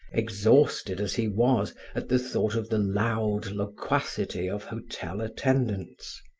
exhausted as he was at the thought of the loud loquacity of hotel attendants.